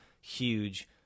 huge